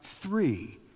three